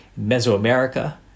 Mesoamerica